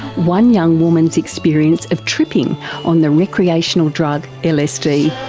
one young woman's experience of tripping on the recreational drug lsd.